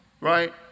Right